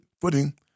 footing